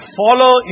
follow